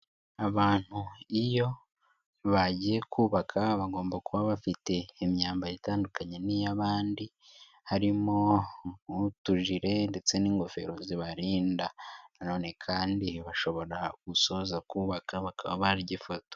Abantu iyo bagiye kubaka bagomba kuba bafite imyambaro itandukanye n'iy'abandi. Harimo nk'utujire ndetse n'ingofero zibarinda na none kandi bashobora gusoza kubaka bakaba barya ifoto.